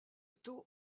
taux